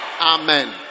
Amen